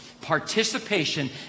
participation